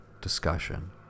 discussion